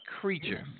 creature